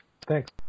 Thanks